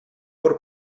por